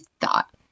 thought